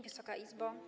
Wysoka Izbo!